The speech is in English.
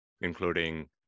including